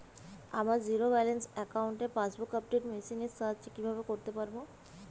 আমার zero balance অ্যাকাউন্টে passbook update machine এর সাহায্যে কীভাবে করতে পারব?